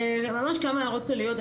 ממש כמה הערות כלליות.